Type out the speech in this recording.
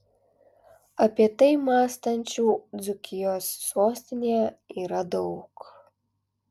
apie tai mąstančių dzūkijos sostinėje yra daug